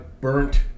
burnt